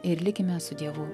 ir likime su dievu